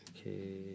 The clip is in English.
Okay